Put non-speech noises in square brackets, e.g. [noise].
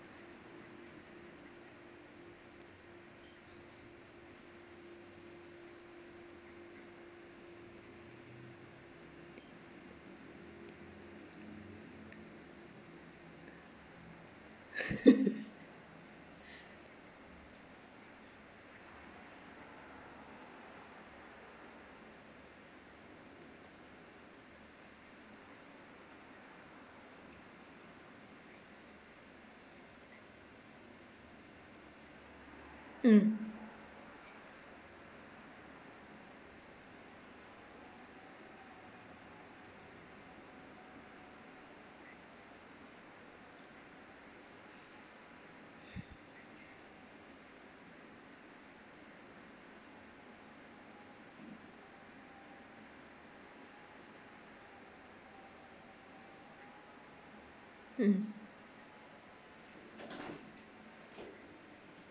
[laughs] mm mm